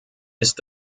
ist